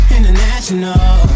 International